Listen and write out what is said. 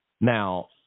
now